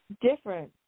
different